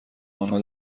آنها